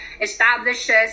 establishes